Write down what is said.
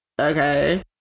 Okay